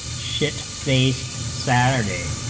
ship faced saturday